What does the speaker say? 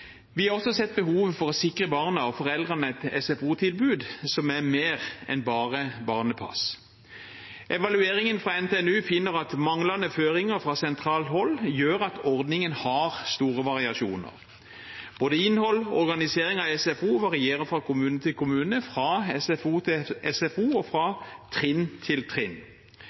Vi har også sett behovet for å sikre barna og foreldrene et SFO-tilbud som er mer enn bare barnepass. Evalueringen fra NTNU finner at manglende føringer fra sentralt hold gjør at ordningen har store variasjoner. Både innhold og organisering av SFO varierer fra kommune til kommune, fra SFO til SFO og fra trinn til trinn.